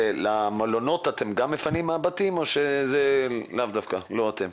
אתם גם מפנים מהבתים למלונות או שזה לא אתם?